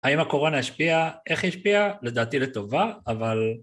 האם הקורונה השפיעה? איך היא השפיעה? לדעתי לטובה, אבל...